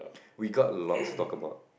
we got lots to talk about